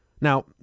Now